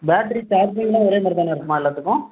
battery சார்ஜிங்க்லாம் ஒரே மாதிரி தானா இருக்குமா எல்லாத்துக்கும்